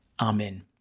Amen